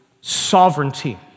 sovereignty